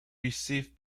received